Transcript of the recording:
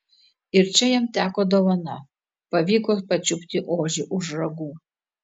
ir čia jam teko dovana pavyko pačiupti ožį už ragų